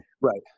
right